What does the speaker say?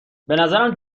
نظرم